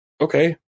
Okay